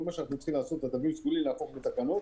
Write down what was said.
כל שאנחנו צריכים הוא את התווים הסגולים להפוך לתקנות.